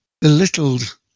belittled